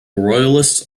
royalists